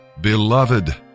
Beloved